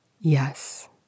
yes